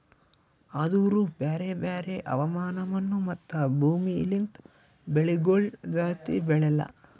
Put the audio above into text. ಆದೂರು ಬ್ಯಾರೆ ಬ್ಯಾರೆ ಹವಾಮಾನ, ಮಣ್ಣು, ಮತ್ತ ಭೂಮಿ ಲಿಂತ್ ಬೆಳಿಗೊಳ್ ಜಾಸ್ತಿ ಬೆಳೆಲ್ಲಾ